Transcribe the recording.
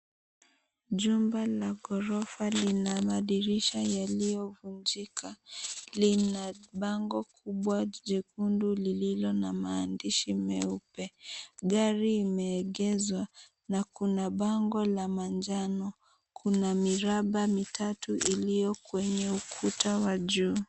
Jumba la ghorofa lina madirisha yaliyovunjika. Lina bango kubwa jekundu lililo na maandishi meupe. Gari limeegeshwa na kuna bango la manjano. Kuna miraba mitatu iliyo kwenye ukuta wa juu.